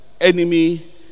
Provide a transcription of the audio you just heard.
enemy